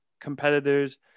competitors